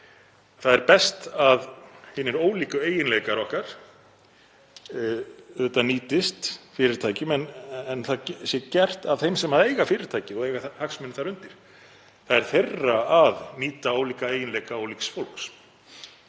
Það er best að hinir ólíku eiginleikar okkar nýtist fyrirtækjum en það sé gert af þeim sem eiga fyrirtækin og eiga hagsmunir þar undir. Það er þeirra að nýta ólíka eiginleika ólíks fólks,